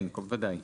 כן בוודאי.